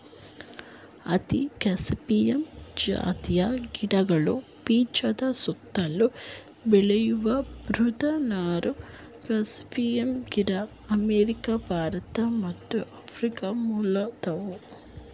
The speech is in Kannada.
ಹತ್ತಿ ಗಾಸಿಪಿಯಮ್ ಜಾತಿಯ ಗಿಡಗಳ ಬೀಜದ ಸುತ್ತಲು ಬೆಳೆಯುವ ಮೃದು ನಾರು ಗಾಸಿಪಿಯಮ್ ಗಿಡಗಳು ಅಮೇರಿಕ ಭಾರತ ಮತ್ತು ಆಫ್ರಿಕ ಮೂಲದವು